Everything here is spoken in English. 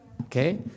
Okay